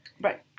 Right